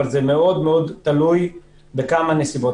אבל זה מאוד מאוד תלוי בכמה נסיבות.